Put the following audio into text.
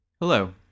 Hello